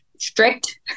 strict